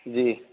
جی